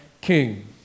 king